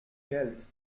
geld